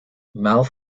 mouth